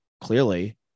clearly